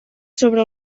sobre